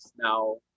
now